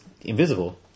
invisible